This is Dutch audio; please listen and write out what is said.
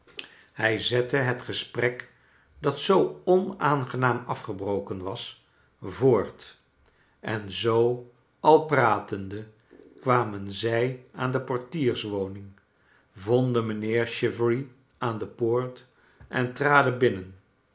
zij zette het gesprek dat zoo onaangenaam afgebroken was voort en zoo al pratende kwamen zij aan do portierswoning vonden mijnheer chivery aan de poort en traden binnen